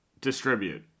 distribute